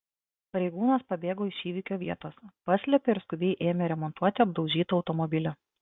pareigūnas pabėgo iš įvykio vietos paslėpė ir skubiai ėmė remontuoti apdaužytą automobilį